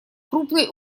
крупной